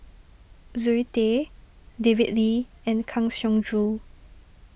Zoe Tay David Lee and Kang Siong Joo